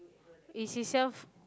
is himself